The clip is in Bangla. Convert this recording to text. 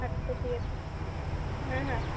আচ্ছা ঠিক আছে হ্যাঁ হ্যাঁ